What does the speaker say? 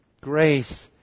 grace